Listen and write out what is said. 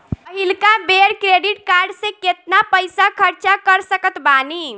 पहिलका बेर credit card से केतना पईसा खर्चा कर सकत बानी?